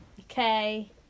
Okay